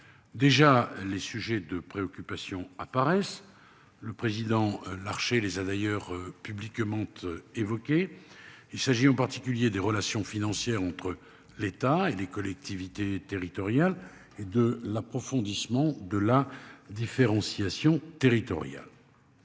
Déjà les sujets de préoccupation apparaissent. Le président Larché les a d'ailleurs publiquement évoqué. Il s'agit en particulier des relations financières entre l'État et les collectivités territoriales et de l'approfondissement de la différenciation territoriale.